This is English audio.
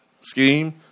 scheme